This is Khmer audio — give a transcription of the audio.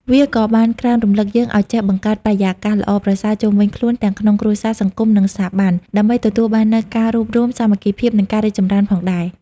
វាក៏បានក្រើនរំលឹកយើងឱ្យចេះបង្កើតបរិយាកាសល្អប្រសើរជុំវិញខ្លួន ទាំងក្នុងគ្រួសារ សង្គម និងស្ថាប័ន ដើម្បីទទួលបាននូវការរួបរួម សាមគ្គីភាព និងការរីកចម្រើនផងដែរ។